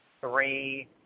three